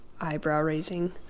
eyebrow-raising